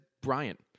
Bryant